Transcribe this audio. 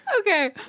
Okay